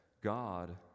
God